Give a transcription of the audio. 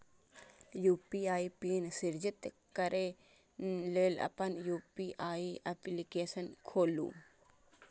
UPI PIN सृजित करै लेल अपन यू.पी.आई एप्लीकेशन खोलू